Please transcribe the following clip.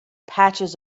patches